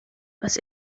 was